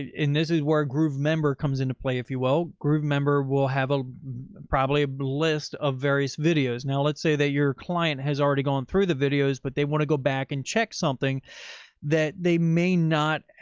in, and this is where a groovemember comes into play. if you will, groovemember will have ah probably a list of various videos. now let's say that your client has already gone through the videos, but they want to go back and check something that they may not,